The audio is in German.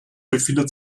befindet